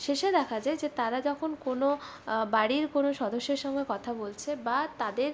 শেষে দেখা যায় যে তারা যখন কোনো বাড়ির কোনো সদস্যের সঙ্গে কথা বলছে বা তাদের